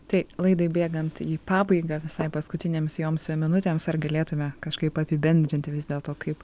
tai laidai bėgant į pabaigą visai paskutinėms joms minutėms ar galėtume kažkaip apibendrinti vis dėlto kaip